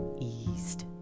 eased